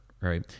right